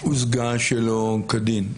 הושגה שלא כדין?